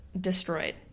destroyed